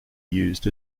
used